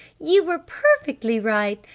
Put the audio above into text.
you were perfectly right.